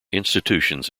institutions